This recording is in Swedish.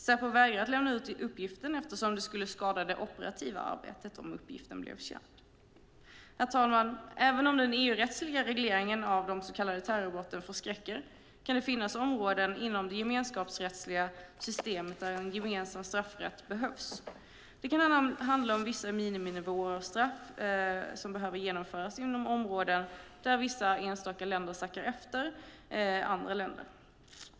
Säpo vägrar att lämna ut uppgiften eftersom det skulle skada det operativa arbetet om uppgiften blev känd. Även om den EU-rättsliga regleringen av de så kallade terrorbrotten förskräcker kan det finnas områden inom det gemenskapsrättsliga systemet där en gemensam straffrätt behövs. Det kan handla om att vissa miniminivåer av straff behöver genomföras inom områden där vissa enstaka länder sackar efter andra länder.